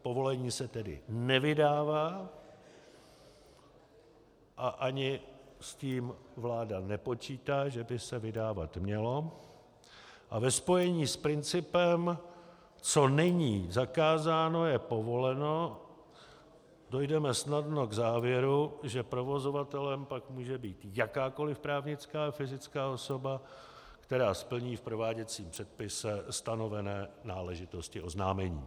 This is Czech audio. Povolení se tedy nevydává, a ani s tím vláda nepočítá, že by se vydávat mělo, a ve spojení s principem co není zakázáno, je povoleno, dojdeme snadno k závěru, že provozovatelem pak může být jakákoliv právnická a fyzická osoba, která splní v prováděcím předpise stanovené náležitosti oznámení.